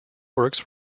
works